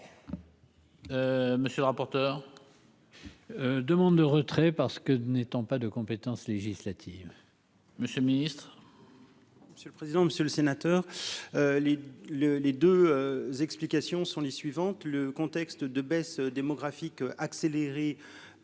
Monsieur le rapporteur. Demande de retrait parce que n'étant pas de compétences. Monsieur Ministre. Monsieur le président, monsieur le sénateur, les le les 2 explications sont les suivantes : le contexte de baisse démographique accéléré